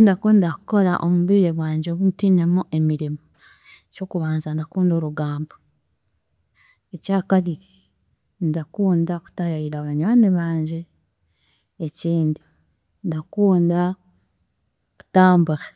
Ekindakunda kukora omu bwire bwangye obu ntiinemu emirimo, eky'okubanza ndakunda orugambo, ekya kabiri, ndakunda kutaayaayira banywani bangye. Ekindi ndakunda kutambura